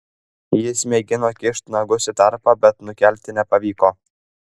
jis mėgino kišt nagus į tarpą bet nukelti nepavyko